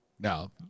Now